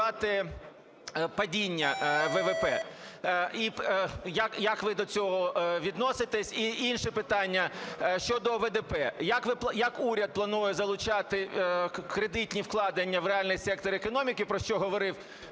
продемонструвати падіння ВВП. Як ви до цього відноситесь? І інше питання щодо ОВДП. Як уряд планує залучати кредитні вкладення в реальний сектор економіки, про що говорив